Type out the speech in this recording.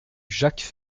jacques